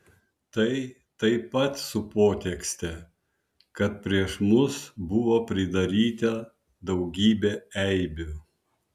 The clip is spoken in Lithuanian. tai taip pat su potekste kad prieš mus buvo pridaryta daugybė eibių